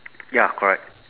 ya correct